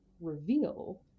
reveal